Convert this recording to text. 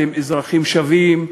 אתם אזרחים שווים.